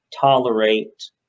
tolerate